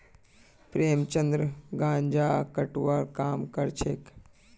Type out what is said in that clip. प्रेमचंद गांजा कटवार काम करछेक